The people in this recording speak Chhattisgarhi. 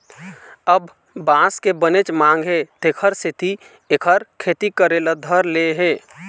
अब बांस के बनेच मांग हे तेखर सेती एखर खेती करे ल धर ले हे